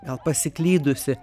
gal pasiklydusi